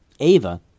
Ava